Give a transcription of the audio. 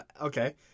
Okay